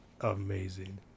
amazing